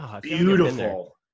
beautiful